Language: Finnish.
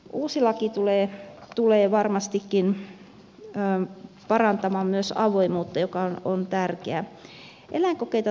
uusi laki tulee varmastikin parantamaan myös avoimuutta joka on tärkeää